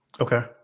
Okay